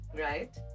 right